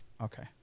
Okay